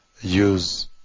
use